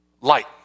Light